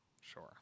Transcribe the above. Sure